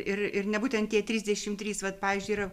ir ir ne būtent tie trisdešimt trys vat pavyzdžiui yra